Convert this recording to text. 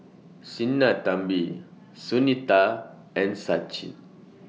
Sinnathamby Sunita and Sachin